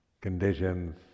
Conditions